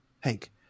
Hank